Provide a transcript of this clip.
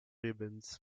ribbons